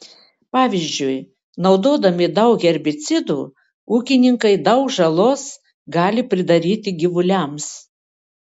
pavyzdžiui naudodami daug herbicidų ūkininkai daug žalos gali pridaryti gyvuliams